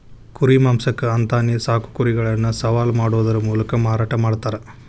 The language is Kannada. ಕುರಿ ಮಾಂಸಕ್ಕ ಅಂತಾನೆ ಸಾಕೋ ಕುರಿಗಳನ್ನ ಸವಾಲ್ ಮಾಡೋದರ ಮೂಲಕ ಮಾರಾಟ ಮಾಡ್ತಾರ